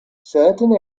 certain